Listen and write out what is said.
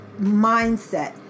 mindset